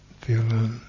feel